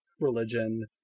religion